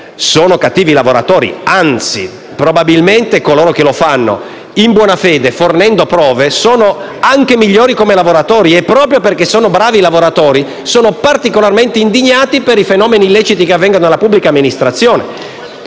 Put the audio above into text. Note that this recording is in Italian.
siano cattivi lavoratori; anzi, probabilmente coloro che lo fanno in buona fede e fornendo prove sono anche migliori come lavoratori, e proprio perché sono bravi lavoratori, sono particolarmente indignati per i fenomeni illeciti che avvengono nella pubblica amministrazione.